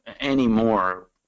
anymore